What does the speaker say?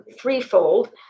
threefold